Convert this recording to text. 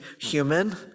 human